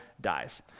dies